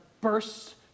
bursts